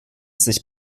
sich